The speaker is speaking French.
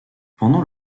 pendant